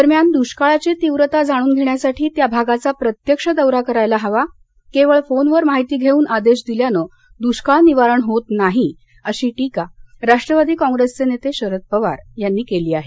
दरम्यान दुष्काळाची तीव्रता जाणून घेण्यासाठी त्या भागाचा प्रत्यक्ष दौरा करायला हवा केवळ फोनवर माहिती घेऊन आदेश दिल्यानं दुष्काळ निवारण होत नाही अशी टीका राष्ट्रवादी काँग्रेसचे नेते शरद पवार यांनी केली आहे